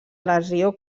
lesió